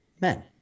men